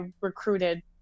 recruited